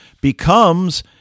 becomes